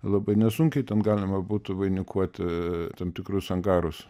labai nesunkiai ten galima būtų vainikuoti tam tikrus angarus